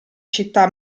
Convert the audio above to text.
città